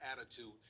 attitude